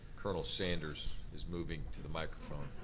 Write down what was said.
colonel sanders is moving to the microphone.